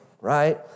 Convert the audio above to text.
right